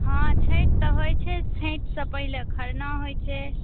हँ छठि तऽ होइ छै छठि से पहले खरना होइ छै